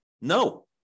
No